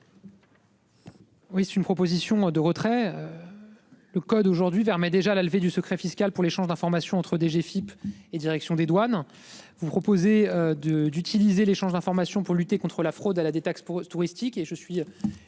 Oui, c'est une proposition de retrait. Le code aujourd'hui vers mais déjà la levée du secret fiscal pour l'échange d'informations entre DGFIP et Direction des douanes, vous proposez de d'utiliser l'échange d'informations pour lutter contre la fraude à la détaxe touristique